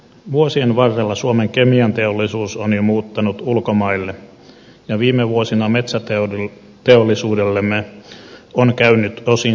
vuosien varrella suomen kemianteollisuus on jo muuttanut ulkomaille ja viime vuosina metsäteollisuudellemme on käynyt osin samoin